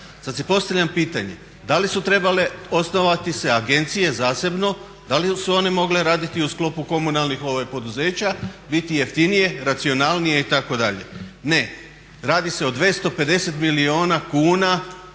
Sad si postavljam pitanje da li su trebale osnovati se agencije zasebno? Da li su one mogle raditi u sklopu komunalnih poduzeća, biti jeftinije, racionalnije itd.? Ne, radi se o 250 milijuna kuna